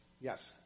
Yes